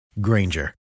Granger